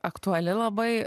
aktuali labai